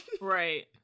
right